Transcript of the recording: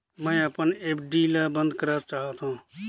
मैं अपन एफ.डी ल बंद करा चाहत हों